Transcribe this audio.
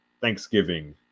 Thanksgiving –